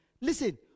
Listen